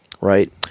Right